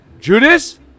Judas